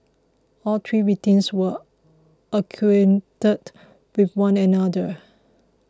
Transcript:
all three victims were acquainted with one another